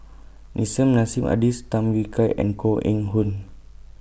Nissim Nassim Adis Tham Yui Kai and Koh Eng Hoon